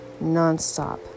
nonstop